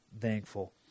thankful